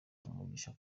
umugisha